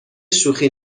شوخی